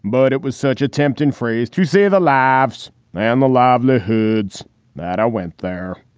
but it was such a tempting phrase to save the lives and the livelihoods that i went there.